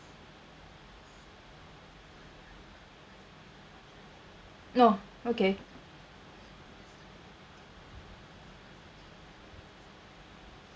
no okay